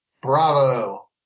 Bravo